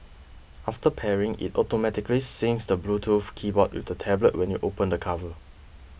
after pairing it automatically syncs the bluetooth keyboard with the tablet when you open the cover